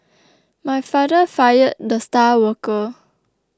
my father fired the star worker